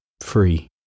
free